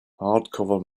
hardcover